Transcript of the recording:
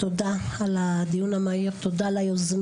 תודה לך על קיום הדיון המהיר הזה ותודה ליוזמיו.